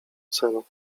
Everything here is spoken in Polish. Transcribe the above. celu